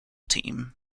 team